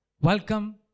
Welcome